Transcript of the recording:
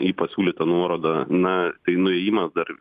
į pasiūlytą nuorodą na tai nuėjimas dar